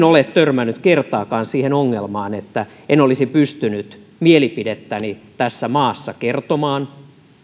ole törmännyt kertaakaan siihen ongelmaan että en olisi pystynyt mielipidettäni tässä maassa kertomaan